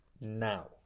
now